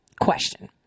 Question